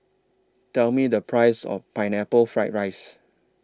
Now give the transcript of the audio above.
Tell Me The Price of Pineapple Fried Rice